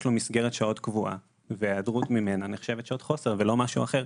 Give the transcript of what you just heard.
יש לו מסגרת שעות קבועה וההיעדרות ממנה נחשבת שעות חוסר ולא משהו אחר.